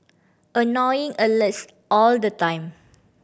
annoying alerts all the time